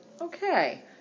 Okay